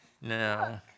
No